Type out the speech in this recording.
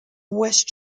west